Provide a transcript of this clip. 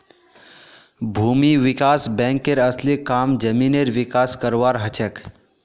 भूमि विकास बैंकेर असली काम जमीनेर विकास करवार हछेक